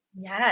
Yes